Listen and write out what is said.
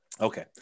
Okay